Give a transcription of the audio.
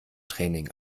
training